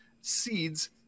seeds